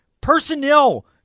personnel